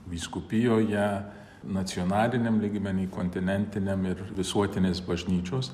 vyskupijoje nacionaliniam lygmeny kontinentiniam ir visuotinės bažnyčios